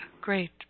Great